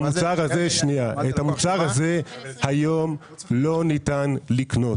לקוח --- את המוצר הזה היום לא ניתן לקנות.